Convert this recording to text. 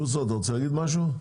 בוסו, אתה רוצה להגיד משהו?